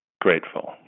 grateful